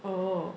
oh